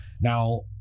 Now